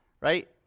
right